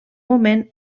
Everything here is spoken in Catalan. moment